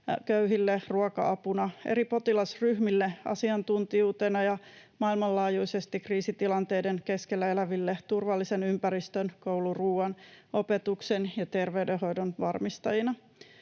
köyhille ruoka-apuna, eri potilasryhmille asiantuntijuutena ja maailmanlaajuisesti kriisitilanteiden keskellä eläville turvallisen ympäristön, kouluruoan, opetuksen ja terveydenhoidon varmistajina.